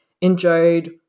enjoyed